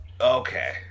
Okay